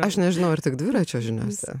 aš nežinau ar tik dviračio žiniose